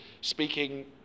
speaking